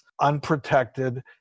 unprotected